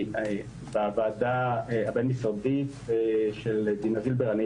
בוועדה הבין משרדית של דינה זילבר אני